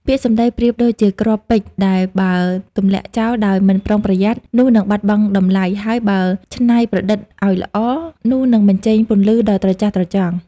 ពាក្យសម្ដីប្រៀបដូចជាគ្រាប់ពេជ្រដែរ បើទម្លាក់ចោលដោយមិនប្រុងប្រយ័ត្ន នោះនឹងបាត់បង់តម្លៃ ហើយបើច្នៃប្រឌិតដោយល្អ នោះនឹងបញ្ចេញពន្លឺដ៏ត្រចះត្រចង់។